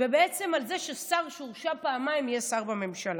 ובעצם על זה ששר שהורשע פעמיים יהיה שר בממשלה.